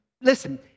Listen